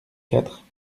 quatre